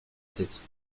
tête